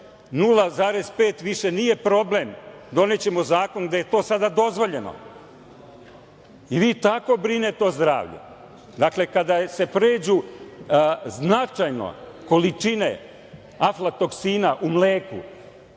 0,5 više nije problem. Donećemo zakon gde je to dozvoljeno. Vi tako brinete o zdravlju. Kada se pređu značajno količine aflatoksina u mleku,